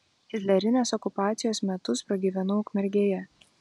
hitlerinės okupacijos metus pragyvenau ukmergėje